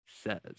says